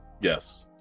yes